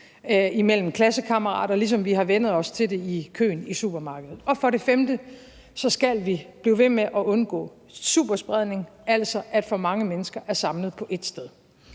imellem klassekammerater, ligesom vi har vænnet os til det i køen i supermarkedet. For det femte skal vi blive ved med at undgå superspredning, altså at for mange mennesker er samlet på ét sted.